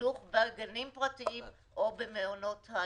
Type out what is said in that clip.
חינוך בגנים הפרטיים או במעונות היום.